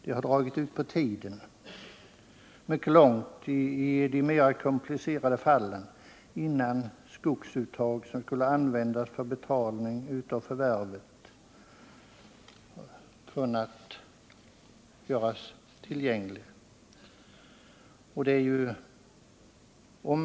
Det har i de mera komplicerade fallen dragit mycket långt ut på tiden, innan skogsuttag för betalning av förvärv kunnat göras tillgängligt.